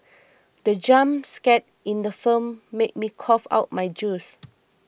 the jump scare in the film made me cough out my juice